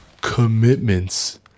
commitments